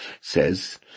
says